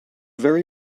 very